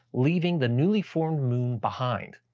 leaving the newly-formed moon behind.